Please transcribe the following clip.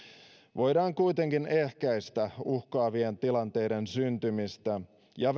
voidaan kuitenkin ehkäistä uhkaavien tilanteiden syntymistä ja